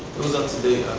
it was up to